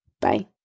Bye